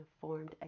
formed